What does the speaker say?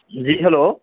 جی hello